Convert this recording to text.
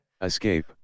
Escape